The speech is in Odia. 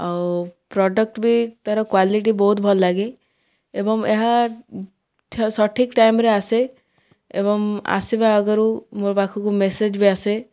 ଆଉ ପ୍ରଡ଼କ୍ଟ ବି ତା'ର କ୍ୱାଲିଟି ବହୁତ ଭଲ ଲାଗେ ଏବଂ ଏହା ସଠିକ୍ ଟାଇମ୍ରେ ଆସେ ଏବଂ ଆସିବା ଆଗରୁ ମୋ ପାଖକୁ ମେସେଜ୍ ବି ଆସେ